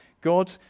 God